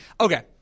Okay